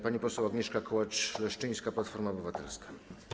Pani poseł Agnieszka Kołacz-Leszczyńska, Platforma Obywatelska.